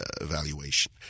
evaluation